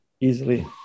easily